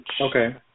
Okay